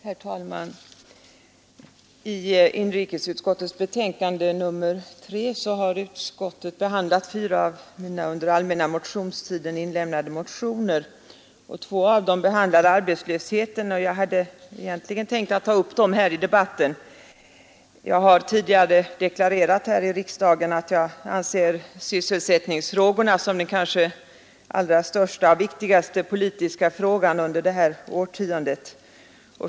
Herr talman! I sitt betänkande nr 3 har inrikesutskottet behandlat fyra av mina under allmänna motionstiden inlämnade motioner. Två av dem rör arbetslösheten, och jag hade egentligen tänkt ta upp dem i debatten. Jag har tidigare här i riksdagen deklarerat att jag anser sysselsättningsproblemet som den kanske allra största och viktigaste politiska frågan under det här årtiondet.